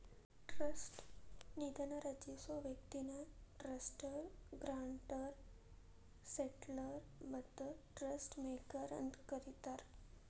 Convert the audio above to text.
trust ನಿಧಿನ ರಚಿಸೊ ವ್ಯಕ್ತಿನ ಟ್ರಸ್ಟರ್ ಗ್ರಾಂಟರ್ ಸೆಟ್ಲರ್ ಮತ್ತ ಟ್ರಸ್ಟ್ ಮೇಕರ್ ಅಂತ ಕರಿತಾರ